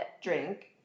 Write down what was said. drink